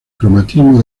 cromatismo